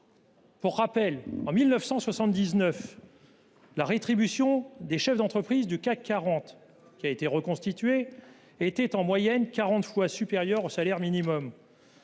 Pour rappel, en 1979, la rétribution des chefs d’entreprise du CAC 40 était en moyenne 40 fois supérieure au salaire minimum.